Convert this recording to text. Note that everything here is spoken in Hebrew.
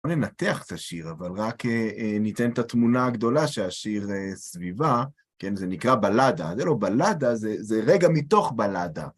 לא ננתח את השיר, אבל רק ניתן את התמונה הגדולה שהשיר סביבה, כן, זה נקרא בלדה, זה לא בלדה, זה רגע מתוך בלדה.